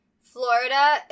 Florida